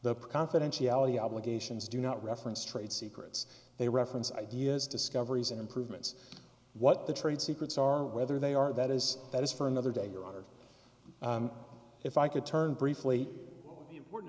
the confidentiality obligations do not reference trade secrets they reference ideas discoveries and improvements what the trade secrets are whether they are that is that is for another day your honor if i could turn briefly